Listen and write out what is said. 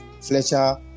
Fletcher